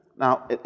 Now